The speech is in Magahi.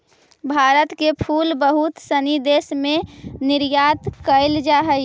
भारत के फूल बहुत सनी देश में निर्यात कैल जा हइ